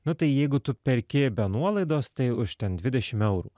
nu tai jeigu tu perki be nuolaidos tai už ten dvidešimt eurų